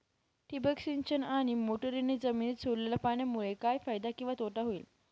ठिबक सिंचन आणि मोटरीने जमिनीत सोडलेल्या पाण्यामुळे काय फायदा किंवा तोटा होईल?